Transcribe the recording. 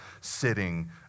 sitting